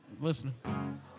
listening